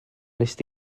wnest